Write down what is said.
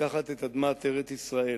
לקחת את אדמת ארץ-ישראל